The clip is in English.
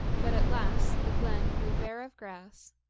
but at last the glen grew bare of grass,